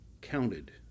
counted